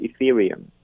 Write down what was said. Ethereum